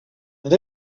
are